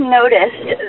noticed